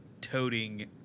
toting